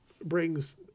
brings